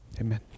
amen